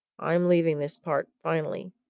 i'm leaving this part finally,